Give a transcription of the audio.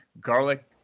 garlic